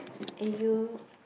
eh you